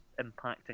impacting